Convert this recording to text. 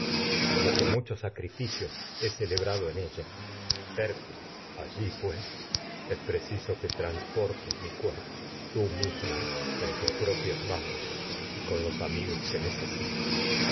ella que muchos sacrificios celebrado en hércules mi allí mismo pues con es preciso que transportes y cuerpo tú tus propias manos con los amigos que necesites